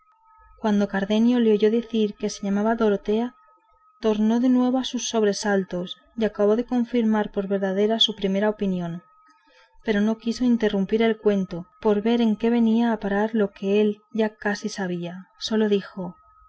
cuando cardenio le oyó decir que se llamaba dorotea tornó de nuevo a sus sobresaltos y acabó de confirmar por verdadera su primera opinión pero no quiso interromper el cuento por ver en qué venía a parar lo que él ya casi sabía sólo dijo